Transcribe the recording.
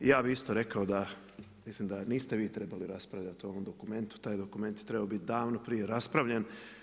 Ja bi isto rekao da mislim da niste vi trebali raspravljati o ovom dokumentu, taj dokument je trebao biti davno prije raspravljen.